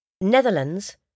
Netherlands